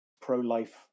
pro-life